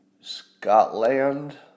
Scotland